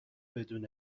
بدون